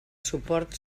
suport